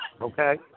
okay